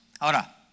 Ahora